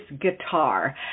Guitar